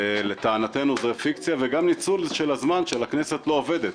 לטענתנו זה פיקציה וגם ניצול של הזמן שהכנסת לא עובדת.